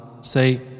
Say